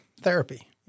therapy